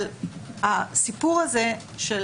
אבל הסיפור הזה של